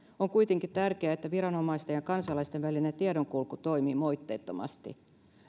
on kuitenkin tärkeää että viranomaisten ja kansalaisten välinen tiedonkulku toimii moitteettomasti